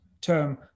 term